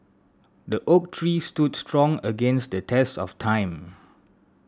the oak tree stood strong against the test of time